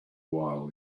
while